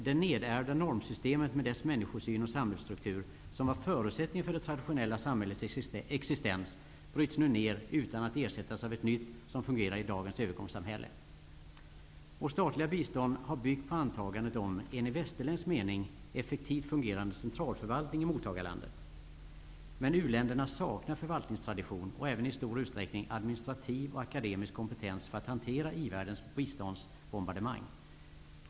Det nedärvda normsystemet -- dess människosyn och samhällsstruktur -- som var förutsättningen för det traditionella samhällets existens bryts nu ned utan att ersättas av ett nytt som fungerar i dagens övergångssamhälle. Vårt statliga bistånd har byggt på antagandet om en i västerländsk mening effektivt fungerande centralförvaltning i mottagarlandet. Men uländerna saknar förvaltningstradition och även i stor utsträckning administrativ och akademisk kompetens för att hantera i-världens biståndsbombardemang.